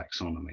taxonomy